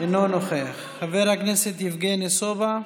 אינו נוכח, חבר הכנסת יבגני סובה,